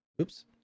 oops